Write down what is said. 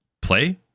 play